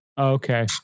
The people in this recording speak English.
Okay